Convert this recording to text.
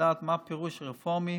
לדעת מה הפירוש של רפורמי